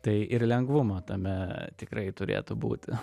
tai ir lengvumo tame tikrai turėtų būti